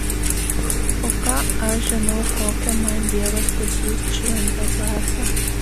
o ką aš žinau kokią man dievas pasiųs šventą dvasią